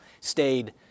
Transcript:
stayed